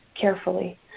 carefully